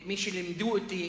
את מי שלימדו אותי,